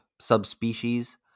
subspecies